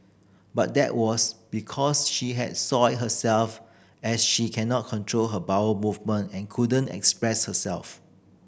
but that was because she had soiled herself as she cannot control her bowel movement and couldn't express herself